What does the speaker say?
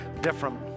different